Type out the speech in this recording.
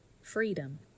freedom